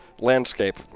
landscape